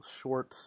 short